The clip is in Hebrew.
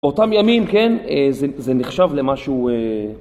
אותם ימים, כן? זה נחשב למשהו...